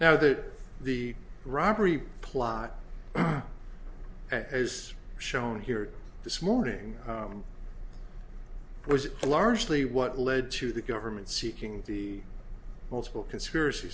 now that the robbery plot as shown here this morning was largely what led to the government seeking the multiple conspirac